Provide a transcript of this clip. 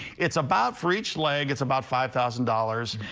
it's about freed slave gets about five thousand dollars.